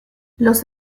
los